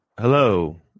Hello